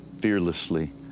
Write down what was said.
fearlessly